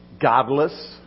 Godless